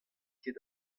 ket